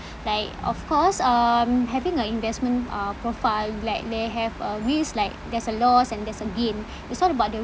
like of course um having a investments uh profile like they have a risk like there's a loss and there's a gain it's not about the